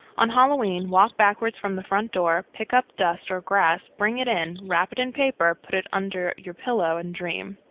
on halloween walk backwards from the front door, pick up dust or grass, bring it in, wrap it in paper, put it under your pillow, and dream.